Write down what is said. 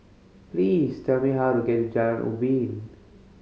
please tell me how to get to Jalan Ubin